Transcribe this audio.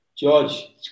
George